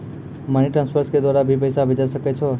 Money transfer के द्वारा भी पैसा भेजै सकै छौ?